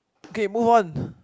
okay move on